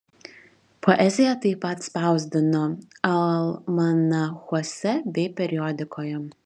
poeziją taip pat spausdino almanachuose bei periodikoje